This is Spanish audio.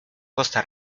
costa